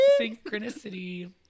Synchronicity